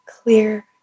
clear